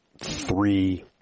three